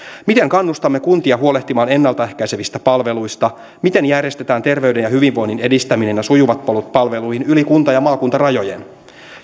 miten kannustamme kuntia huolehtimaan ennalta ehkäisevistä palveluista miten järjestetään terveyden ja hyvinvoinnin edistäminen ja sujuvat polut palveluihin yli kunta ja maakuntarajojen